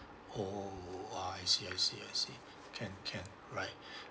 oh I see I see I see can can alright